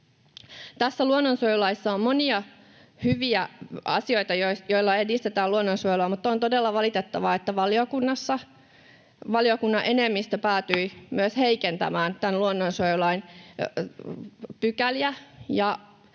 Tässä luonnonsuojelulaissa on monia hyviä asioita, joilla edistetään luonnonsuojelua, mutta on todella valitettavaa, että valiokunnassa valiokunnan enemmistö päätyi myös heikentämään tämän luonnonsuojelulain pykäliä.